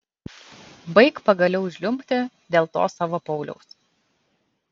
baik pagaliau žliumbti dėl to savo pauliaus